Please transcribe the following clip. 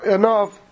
enough